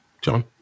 John